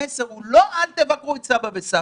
המסר הוא לא "אל תבקרו את סבא וסבתא",